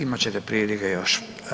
Imat ćete prilike još.